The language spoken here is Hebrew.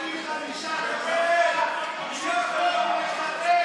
ולקיום תוקפן של תקנות שעת חירום (נגיף הקורונה החדש,